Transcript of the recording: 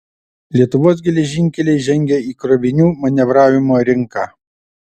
lietuvos geležinkeliai žengia į krovinių manevravimo rinką